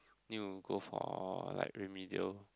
you go for like remedies